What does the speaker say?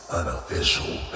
unofficial